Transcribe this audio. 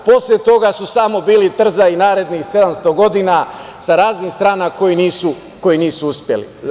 Posle toga su samo bili trzaji narednih 700 godina sa raznih strana koji nisu uspeli.